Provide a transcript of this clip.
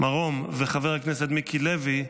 מרום ולחבר הכנסת מיקי לוי,